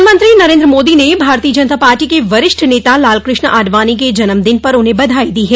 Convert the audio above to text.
प्रधानमंत्री नरेन्द्र मोदी ने भारतीय जनता पार्टी के वरिष्ठ नेता लालकृष्ण आडवाणी के जन्मदिन पर उन्हें बधाई दी है